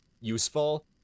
useful